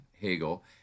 Hegel